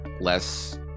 less